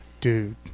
Dude